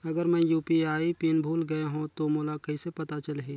अगर मैं UPI PIN भुल गये हो तो मोला कइसे पता चलही?